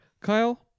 kyle